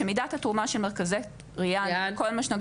שמידת התרומה של מרכזי ריאן בכל מה שנוגע